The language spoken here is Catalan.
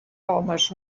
homes